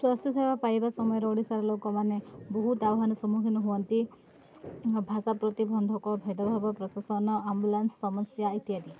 ସ୍ୱାସ୍ଥ୍ୟ ସେବା ପାଇବା ସମୟରେ ଓଡ଼ିଶାର ଲୋକମାନେ ବହୁତ ଆହ୍ୱାନ ସମ୍ମୁଖୀନ ହୁଅନ୍ତି ଭାଷା ପ୍ରତି ବନ୍ଧକ ଭେଦଭାବ ପ୍ରଶାସନ ଆମ୍ବୁଲାନ୍ସ ସମସ୍ୟା ଇତ୍ୟାଦି